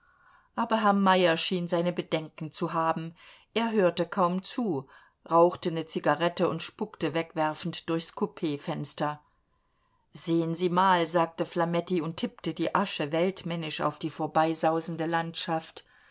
aber herr meyer schien seine bedenken zu haben er hörte kaum zu rauchte ne zigarette und spuckte wegwerfend durchs coupfenster sehen sie mal sagte flametti und tippte die asche weltmännisch auf die vorbeisausende landschaft